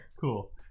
cool